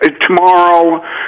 tomorrow